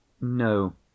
No